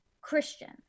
Christian